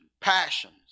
passions